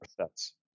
sets